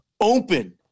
open